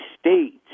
states